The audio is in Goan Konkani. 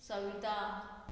सविता